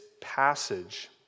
passage